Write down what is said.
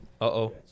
Uh-oh